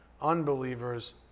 unbelievers